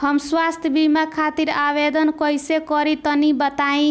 हम स्वास्थ्य बीमा खातिर आवेदन कइसे करि तनि बताई?